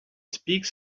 speaks